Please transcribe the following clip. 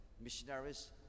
missionaries